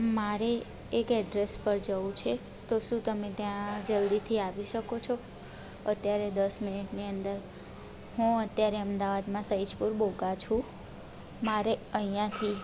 મારે એક એડ્રેસ પર જવું છે તો શું તમે ત્યાં જલદીથી આવી શકો છો અત્યારે દસ મિનિટની અંદર હું અત્યારે અમદાવાદમાં સૈજપુર બોઘા છું મારે અહીંયાથી